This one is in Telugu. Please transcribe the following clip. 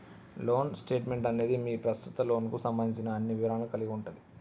లోన్ స్టేట్మెంట్ అనేది మీ ప్రస్తుత లోన్కు సంబంధించిన అన్ని వివరాలను కలిగి ఉంటది